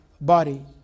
body